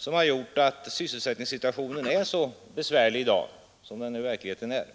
bidragit till att sysselsättningssituationen är så besvärlig i dag som den i verkligheten är.